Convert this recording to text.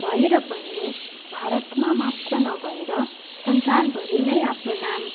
भएर पनि भारतमा मात्र नभएर संसारभरि नै आफ्नो नाम